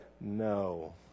No